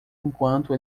enquanto